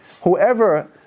Whoever